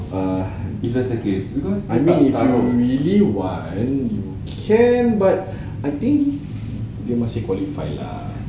ah I mean if you really want you can but I think dia masih qualify lah